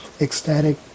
ecstatic